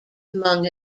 among